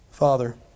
Father